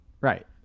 Right